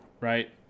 right